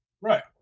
Right